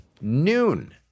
Noon